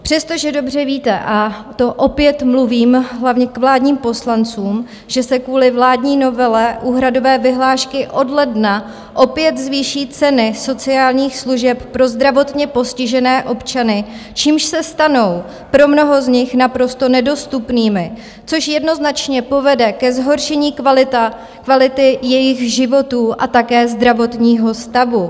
Přestože dobře víte a to opět mluvím hlavně k vládním poslancům že se kvůli vládní novele úhradové vyhlášky od ledna opět zvýší ceny sociálních služeb pro zdravotně postižené občany, čímž se stanou pro mnoho z nich naprosto nedostupnými, což jednoznačně povede ke zhoršení kvality jejich životů a také zdravotního stavu.